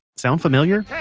sound familiar?